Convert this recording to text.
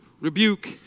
rebuke